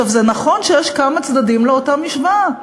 זה נכון שיש כמה צדדים לאותה משוואה,